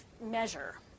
measure